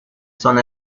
son